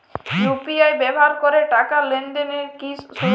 UPI ব্যবহার করে টাকা লেনদেন কি সুরক্ষিত?